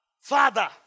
Father